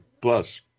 plus